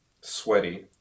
sweaty